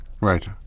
Right